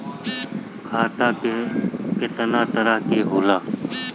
खाता केतना तरह के होला?